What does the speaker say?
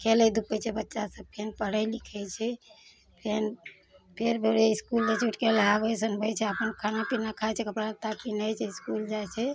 खेलै धुपै छै बच्चा सब फेर पढ़ै लिखै छै फेर फेर भोरे इस्कूल जाइ छै उठिके लहाबै सुनाबै छै अपन खाना पीना खाइ छै कपड़ा उत्ता पीनहै छै इसकुल जाइ छै